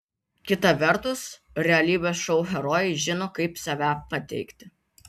kita vertus realybės šou herojai žino kaip save pateikti